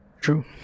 True